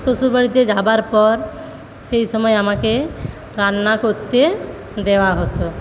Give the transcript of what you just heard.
শ্বশুরবাড়িতে যাবার পর সেইসময় আমাকে রান্না করতে দেওয়া হতো